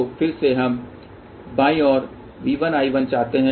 तो फिर से हम बाईं ओर V1 I1 चाहते हैं